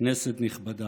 כנסת נכבדה,